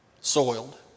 soiled